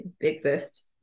exist